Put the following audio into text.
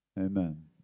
Amen